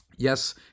Yes